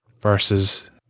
versus